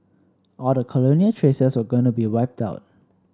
all the colonial traces were going to be wiped out